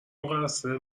مقصر